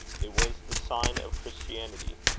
it was the sign of christianity.